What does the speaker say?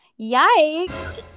Yikes